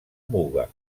muga